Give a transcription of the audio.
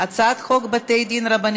ההצעה להעביר את הצעת חוק בתי-דין רבניים